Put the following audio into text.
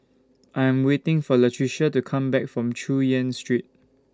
I Am waiting For Latricia to Come Back from Chu Yen Street